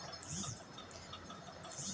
मौसम के जानकारी किसान कता सं जेन सके छै?